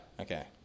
Okay